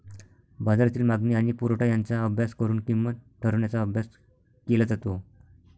बाजारातील मागणी आणि पुरवठा यांचा अभ्यास करून किंमत ठरवण्याचा अभ्यास केला जातो